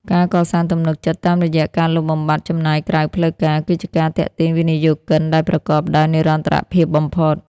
ការកសាងទំនុកចិត្តតាមរយៈការលុបបំបាត់ "ចំណាយក្រៅផ្លូវការ" គឺជាការទាក់ទាញវិនិយោគិនដែលប្រកបដោយនិរន្តរភាពបំផុត។